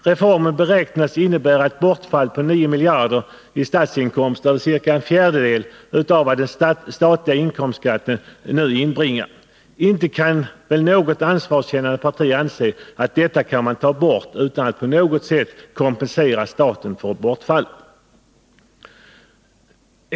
Reformen beräknas innebära ett bortfall av 9 miljarder i statsinkomster eller ca en fjärdedel av vad den statliga inkomstskatten nu inbringar. Inte kan väl något ansvarskännande parti anse att man kan ta bort detta utan att på något sätt kompensera staten för bortfallet?